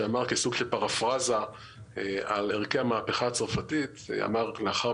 שאמר כסוג של פרפרזה על ערכי המהפכה הצרפתית בסוף